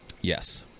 Yes